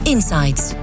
Insights